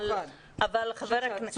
במיוחד השלכה שלילית על הילדים.